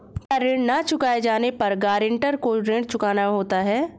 क्या ऋण न चुकाए जाने पर गरेंटर को ऋण चुकाना होता है?